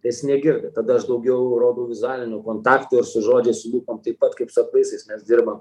jis negirdi tada aš daugiau rodau vizualinių kontaktų ir su žodžiais su lūpom taip pat kaip su aklaisiais mes dirbam